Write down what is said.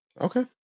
Okay